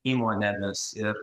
įmonėmis ir